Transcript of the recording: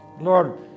Lord